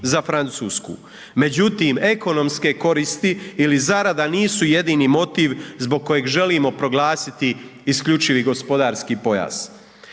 za Francusku. Međutim, ekonomske koristi ili zarada nisu jedini motiv zbog kojeg želimo proglasiti isključivi gospodarski pojas.